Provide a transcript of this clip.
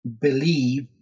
believe